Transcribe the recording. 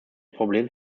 problem